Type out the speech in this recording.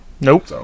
Nope